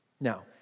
Now